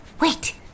wait